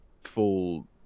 full